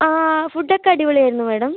അതെ ഫുഡ്ഡൊക്കെ അടിപൊളി ആയിരുന്നു മാഡം